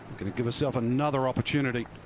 going to give herself another opportunity.